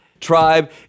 Tribe